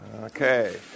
Okay